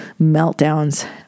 meltdowns